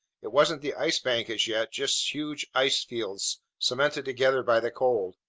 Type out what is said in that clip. it wasn't the ice bank as yet, just huge ice fields cemented together by the cold.